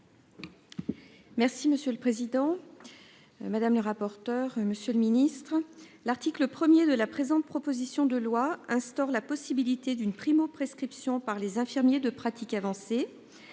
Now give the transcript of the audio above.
Merci monsieur le président. Madame le rapporteur, Monsieur le Ministre. L'article 1er de la présente, proposition de loi instaure la possibilité d'une primo-prescription par les infirmiers de pratique avancée.